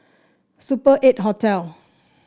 Super Eight Hotel